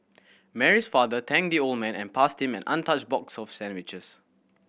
Mary's father thanked the old man and passed him an untouched box of sandwiches